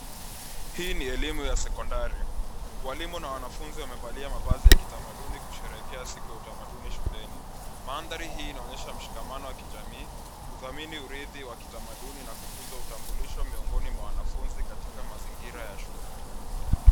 Hii ni elimu ya sekondari. Walimu na wanafunzi wamevalia mavazi ya kitamaduni kusherehekea siku ya utamaduni shuleni. Mandhari hii inaonyesha mshikamano wa kijamii, kudhamini uridhi wa kitamaduni na kukuza utambulisho miongoni mwa wanafunzi katika mazingira ya shule.